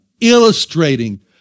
illustrating